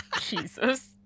Jesus